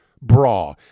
bra